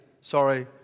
Sorry